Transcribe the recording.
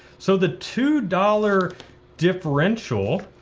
so the two dollars differential,